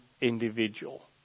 individual